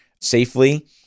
safely